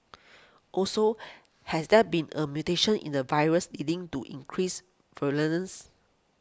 also has there been a mutation in the virus leading to increased virulence